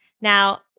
Now